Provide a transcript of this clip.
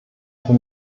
für